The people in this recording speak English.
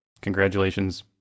congratulations